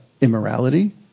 immorality